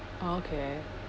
oh okay